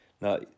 Now